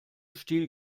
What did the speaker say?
stil